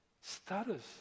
status